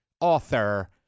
author